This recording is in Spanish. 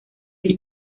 que